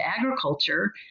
agriculture